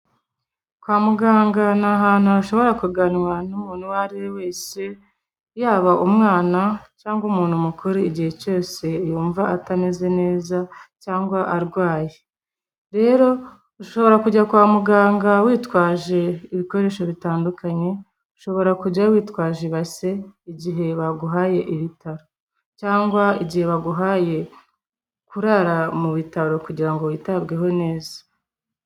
Kwa muganga ni ahantu hashobora kuganwa n'umuntu uwo ari we wese, yaba umwana cyangwa umuntu mukuru igihe cyose yumva atameze neza cyangwa arwaye. Rero ushobora kujya kwa muganga witwaje ibikoresho bitandukanye, ushobora kujyayo witwaje ibase igihe baguhaye ibitaro cyangwa igihe baguhaye kurara mu bitaro kugira ngo witabweho neza.